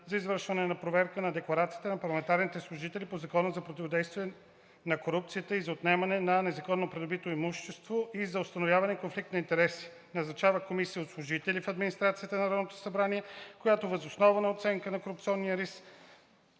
за извършване на проверка на декларациите на парламентарните служители по Закона за противодействие на корупцията и за отнемане на незаконно придобитото имущество и за установяване конфликт на интереси; назначава комисия от служители в администрацията на Народното събрание, която въз основа на оценка на корупционния риск